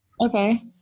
Okay